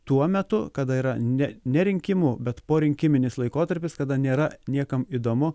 tuo metu kada yra ne ne rinkimų bet porinkiminis laikotarpis kada nėra niekam įdomu